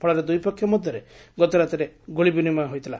ଫଳରେ ଦୁଇପକ୍ଷ ମଧ୍ୟରେ ଗତରାତିରେ ଗୁଳି ବିନିମୟ ହୋଇଥିଲା